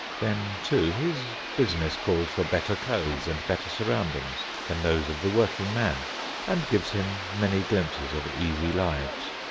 then too his business calls for better clothes and better surroundings than those of the workingman, and gives him many glimpses of easy lives.